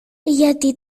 γιατί